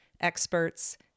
experts